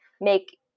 make